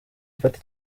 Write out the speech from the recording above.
mfata